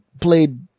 Played